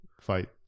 fight